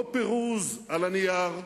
לא פירוז על הנייר,